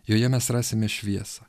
joje mes rasime šviesą